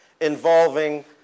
involving